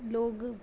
लोग